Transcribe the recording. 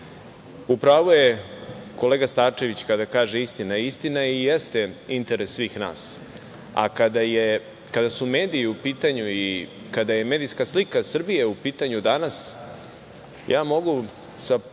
pravu je kolega Starčević kada kaže – istina. Istina i jeste interes svih nas. Kada su mediji u pitanju i kada je medijska slika Srbije u pitanju danas, mogu sa